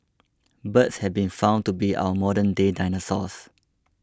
birds have been found to be our modernday dinosaurs